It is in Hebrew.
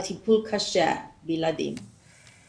הטיפול בילדים הוא קשה.